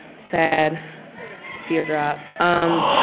sad teardrop. um